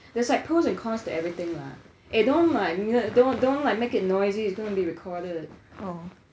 there's like pros and cons to everything lah eh don't like don't don't like make it noisy it's going to be recorded